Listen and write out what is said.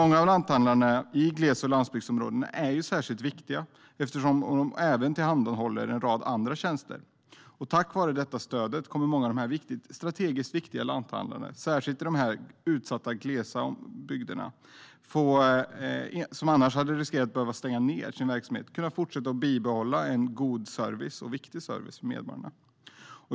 Många lanthandlare i gles och landsbygdsområden är särskilt viktiga eftersom de även tillhandahåller en rad andra tjänster. Tack vare detta stöd kommer många strategiskt viktiga lanthandlare i särskilt utsatta glesbygder, som annars hade löpt risk att behöva stänga ned sin verksamhet, att kunna bibehålla god och viktig service för medborgarna.